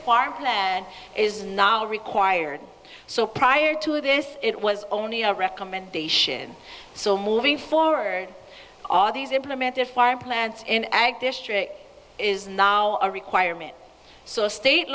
plan is now required so prior to this it was only a recommendation so moving forward all these implemented fire plants in ag district is now a requirement so state